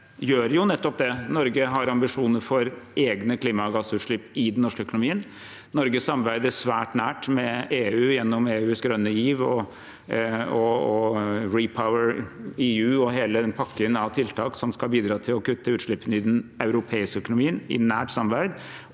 Norge har ambisjoner for egne klimagassutslipp i den norske økonomien. Norge samarbeider svært nært med EU gjennom EUs grønne giv og REPower EU og hele den pakken av tiltak som skal bidra til å kutte utslippene i den europeiske økonomien – i nært samarbeid.